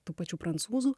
tų pačių prancūzų